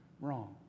wrong